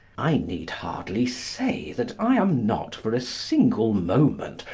i need hardly say that i am not, for a single moment,